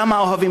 כמה אוהבים,